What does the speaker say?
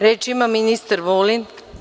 Reč ima ministar Vulin.